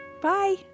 Bye